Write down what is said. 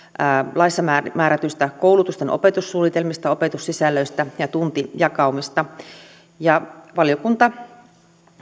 laissa määrätyistä koulutusten opetussuunnitelmista opetussisällöistä ja tuntijakaumista valiokunta